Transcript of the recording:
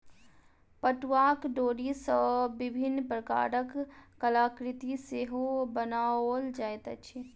पटुआक डोरी सॅ विभिन्न प्रकारक कलाकृति सेहो बनाओल जाइत अछि